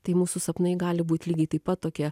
tai mūsų sapnai gali būt lygiai taip pat tokie